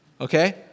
okay